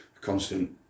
constant